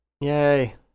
Yay